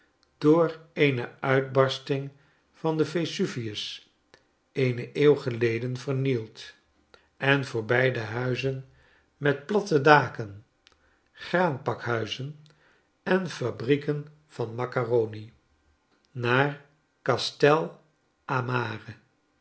door eene uitbarsting van den vesuvius eene eeuw geleden vernield en voorbij de huizen met platte daken graanpakhuizen en fabrieken van maccaroni naar caste lamare